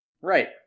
Right